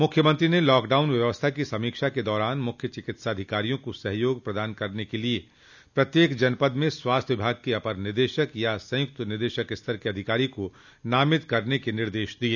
मुख्यमंत्री ने लॉकडाउन व्यवस्था की समीक्षा के दौरान मुख्य चिकित्सा अधिकारियों को सहयोग प्रदान करने के लिए प्रत्येक जनपद में स्वास्थ्य विभाग के अपर निदेशक अथवा संयुक्त निदेशक स्तर के अधिकारी को नामित करने के निर्देश दिए